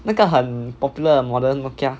那个很 popular 的 modern Nokia